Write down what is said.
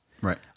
right